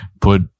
put